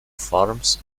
farms